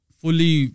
fully